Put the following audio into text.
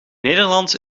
nederlands